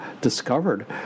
discovered